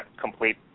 complete